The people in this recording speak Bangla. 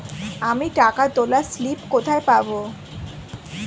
আমি টাকা তোলার স্লিপ কোথায় পাবো?